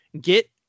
get